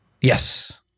Yes